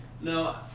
no